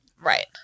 Right